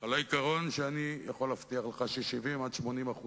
על העיקרון שאני יכול להבטיח לך ש-70% 80%